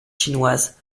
chinoises